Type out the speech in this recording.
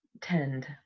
tend